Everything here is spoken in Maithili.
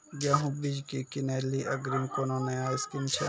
गेहूँ बीज की किनैली अग्रिम कोनो नया स्कीम छ?